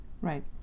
right